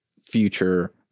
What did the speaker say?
future